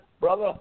brother